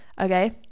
Okay